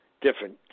different